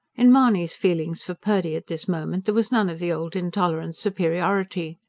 in mahony's feelings for purdy at this moment, there was none of the old intolerant superiority.